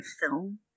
film